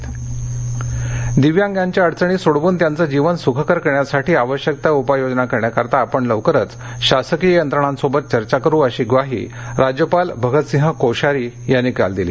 राज्यपाल दिव्यांगांच्या अडचणी सोडवून त्यांचं जीवन सुखकर करण्यासाठी आवश्यक त्या उपाययोजना करण्यासाठी आपण लवकरच शासकीय यंत्रणांसोबत चर्चा करू अशी ग्वाही राज्यपाल भगत सिंह कोश्यारी यांनी काल दिली